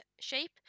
shape